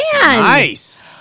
Nice